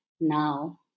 now